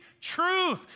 truth